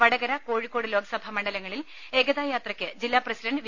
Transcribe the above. Vadakara Kozhikode Lok Sabha മണ്ഡലങ്ങളിൽ ഏക താ യാ ത്രയ്ക്ക് ജില്ലാ പ്രസിഡന്റ് വി